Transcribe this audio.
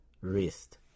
wrist